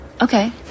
Okay